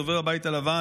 דובר הבית הלבן,